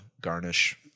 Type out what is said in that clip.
garnish